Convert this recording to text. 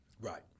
Right